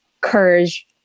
courage